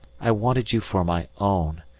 i wanted you for my own,